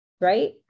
right